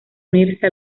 unirse